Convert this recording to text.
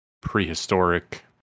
prehistoric